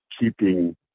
keeping